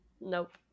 Nope